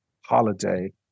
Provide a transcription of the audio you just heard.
holiday